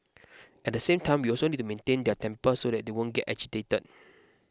at the same time we also need to maintain their temper so that they won't get agitated